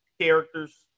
characters